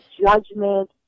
judgment